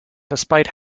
despite